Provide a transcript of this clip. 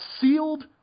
sealed –